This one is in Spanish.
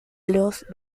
los